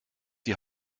die